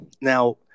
now